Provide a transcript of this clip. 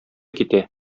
китә